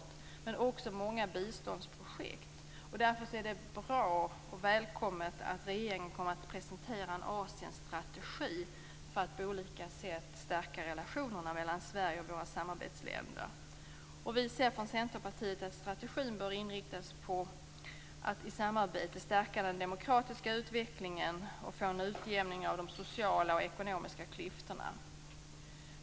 Det handlar också om många biståndsprojekt. Därför är det både bra och välkommet att regeringen kommer att presentera en Asienstrategi för att på olika sätt stärka relationerna mellan Sverige och våra samarbetsländer. Vi i Centerpartiet anser att strategin bör inriktas på att i samarbete stärka den demokratiska utvecklingen och på att få en utjämning av de sociala och ekonomiska klyftorna.